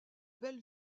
belle